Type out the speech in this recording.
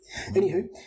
anywho